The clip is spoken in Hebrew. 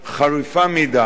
חריפה מדי,